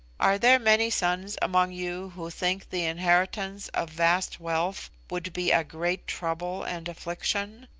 are there many sons among you who think the inheritance of vast wealth would be a great trouble and affliction?